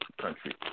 country